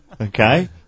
Okay